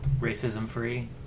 racism-free